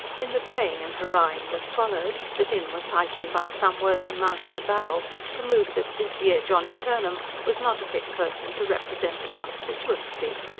in the braying and hurrahing that followed the din was heightened by some worthy mounting a barrel to move that this yere johnny turnham was not a fit person to represent the constitooency,